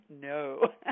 No